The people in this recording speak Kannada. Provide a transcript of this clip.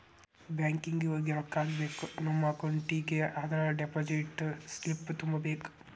ಬ್ಯಾಂಕಿಂಗ್ ಹೋಗಿ ರೊಕ್ಕ ಹಾಕ್ಕೋಬೇಕ್ ನಮ ಅಕೌಂಟಿಗಿ ಅಂದ್ರ ಡೆಪಾಸಿಟ್ ಸ್ಲಿಪ್ನ ತುಂಬಬೇಕ್